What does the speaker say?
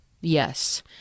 Yes